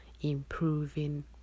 improving